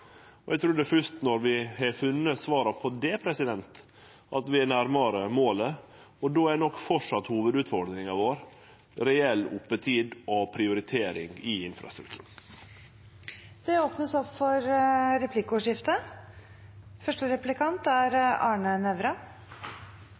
det. Eg trur det er først når vi har funne svaret på det, at vi er nærare målet. Då er nok fortsatt hovudutfordringa vår reell oppetid og prioritering i infrastrukturen. Det blir replikkordskifte.